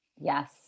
yes